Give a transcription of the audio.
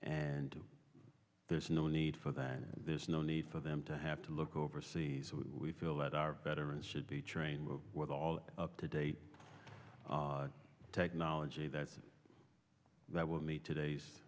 and there's no need for that and there's no need for them to have to look overseas so we feel that our veterans should be trained with all up to date technology that that will meet today's